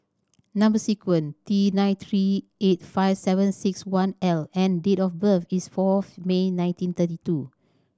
number sequence T nine three eight five seven six one L and date of birth is fourth May nineteen thirty two